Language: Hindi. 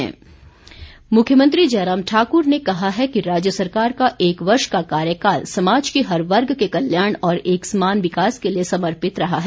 मुख्यमंत्री मुख्यमंत्री जयराम ठाकुर ने कहा है कि राज्य सरकार का एक वर्ष का कार्यकाल समाज के हर वर्ग के कल्याण और एक समान विकास के लिए समर्पित रहा है